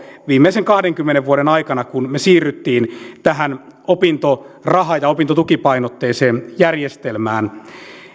viimeisen kahdenkymmenen vuoden aikana kun me siirryimme tähän opintoraha ja opintotukipainotteiseen järjestelmään